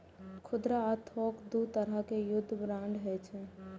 खुदरा आ थोक दू तरहक युद्ध बांड होइ छै